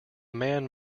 man